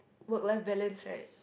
work life balance right